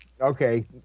okay